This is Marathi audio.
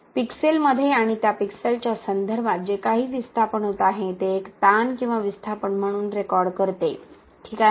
पिक्सेलमध्ये आणि त्या पिक्सेलच्या संदर्भात जे काही विस्थापन होत आहे ते एक ताण किंवा विस्थापन म्हणून रेकॉर्ड करते ठीक आहे